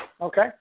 Okay